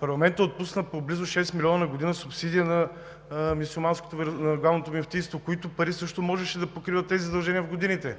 парламентът отпусна близо 6 милиона на година субсидия на Главното мюфтийство, които пари също можеше да покриват тези задължения в годините.